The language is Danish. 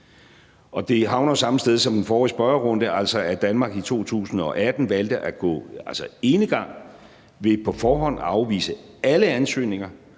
jo det samme sted som i den forrige spørgerunde: Danmark valgte i 2018 at gå enegang ved på forhånd at afvise alle ansøgninger,